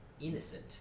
innocent